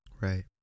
Right